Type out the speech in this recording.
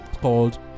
called